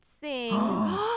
sing